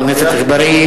חבר הכנסת אגבאריה,